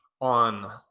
on